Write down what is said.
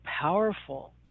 powerful